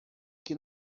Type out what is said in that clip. que